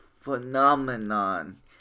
phenomenon